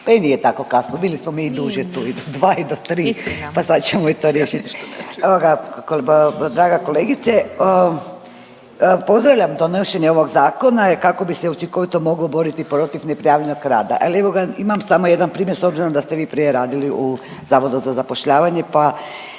Pa i nije tako kasno bili smo mi i duže tu i do dva i do tri, pa sad ćemo i to riješit. Evoga draga kolegice, pozdravljam donošenje ovog zakona kako bi se učinkovito moglo boriti protiv neprijavljenog rada. Ali evoga imam samo jedan primjer s obzirom da ste vi prije radili u Zavodu za zapošljavanje pa